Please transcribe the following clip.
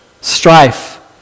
strife